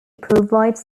provides